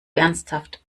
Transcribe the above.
ernsthaft